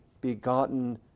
begotten